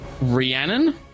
Rhiannon